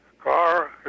car